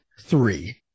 Three